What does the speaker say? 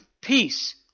peace